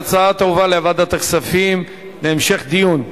ההצעה תועבר לוועדת הכספים להמשך דיון.